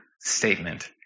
statement